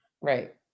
Right